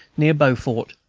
near beaufort,